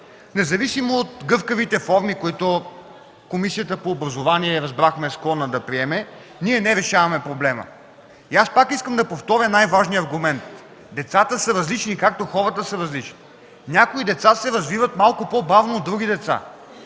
независимо от гъвкавите форми, които Комисията по образование е склонна да приеме, ние не решаваме проблема. Аз пак искам да повторя най-важния аргумент: децата са различни, както хората са различни. Някои деца се развиват малко по-бавно от други деца.